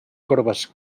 corbes